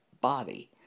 body